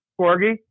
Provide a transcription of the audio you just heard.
Corgi